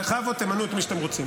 בכבוד, תמנו את מי שאתם רוצים.